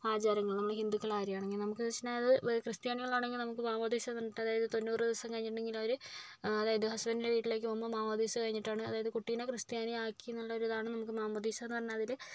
ആചാരങ്ങൾ നമ്മൾ ഹിന്ദുക്കളുടെ കാര്യമാണെങ്കിൽ നമുക്ക് പക്ഷെ അത് ക്രിസ്ത്യാനികളാണെങ്കിൽ നമുക്ക് മാമോദിസയെന്ന് പറഞ്ഞിട്ട് അതായത് തൊണ്ണൂറ് ദിവസം കഴിഞ്ഞിട്ടുണ്ടെങ്കിൽ അവർ അതായത് ഹസ്ബെൻറ്റിൻ്റെ വീട്ടിലേക്ക് പോകുമ്പോൾ മാമോദിസ കഴിഞ്ഞിട്ടാണ് അതായത് കുട്ടിയെ ക്രിസ്ത്യാനി ആക്കയെന്നുള്ളൊരിതാണ് നമുക്ക് മാമോദിസയെന്ന് പറഞ്ഞാൽ അതിൽ